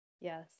Yes